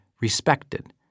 respected